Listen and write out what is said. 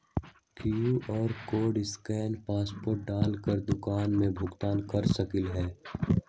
QR code scan password डाल कर दुकान में भुगतान कर सकलीहल?